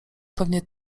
pewnie